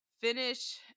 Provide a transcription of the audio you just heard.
Finish